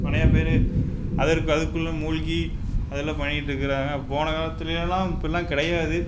நிறையா பேர் அதற்கு அதுக்குள்ளும் மூழ்கி அதெல்லாம் பண்ணிட்டு இருக்கிறாங்க போன காலத்துலயெல்லாம் இப்படிலாம் கிடையாது